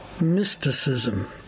Mysticism